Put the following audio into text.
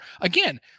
again